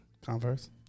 Converse